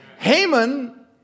Haman